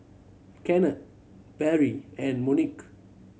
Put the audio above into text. Kennard Barry and Monique